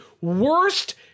worst